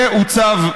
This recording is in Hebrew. וזה לא חל עליהם?